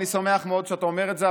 אני שמח מאוד שאתה אומר את זה,